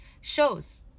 shows